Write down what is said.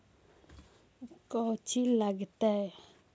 कौची लगतय?